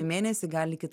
mėnesį gali kita